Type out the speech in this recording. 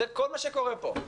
זה כל מה שקורה פה.